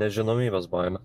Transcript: nežinomybės baimė